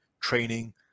training